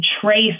trace